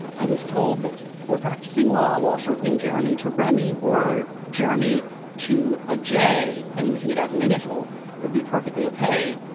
i was told that for practicing law while shortening jeremy to remy or jeremy to a j and using it as an initial would be perfectly okay,